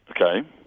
Okay